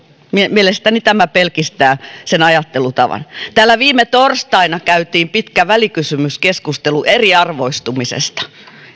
mielestäni tämä pelkistää sen ajattelutavan täällä viime torstaina käytiin pitkä välikysymyskeskustelu eriarvoistumisesta